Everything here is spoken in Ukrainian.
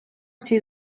цій